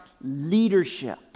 leadership